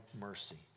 mercy